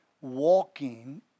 walking